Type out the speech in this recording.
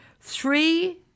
three